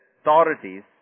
authorities